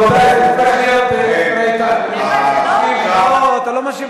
רבותי, זה הופך להיות, השר איתן, אתה לא משיב